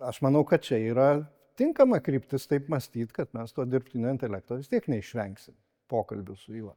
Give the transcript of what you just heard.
aš manau kad čia yra tinkama kryptis taip mąstyt kad mes to dirbtinio intelekto vis tiek neišvengsim pokalbių su juo